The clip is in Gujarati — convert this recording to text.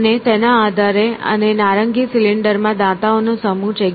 અને તેના આધારે અને નારંગી સિલિન્ડરમાં દાંતાઓ નો સમૂહ છે